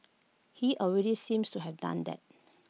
he already seems to have done that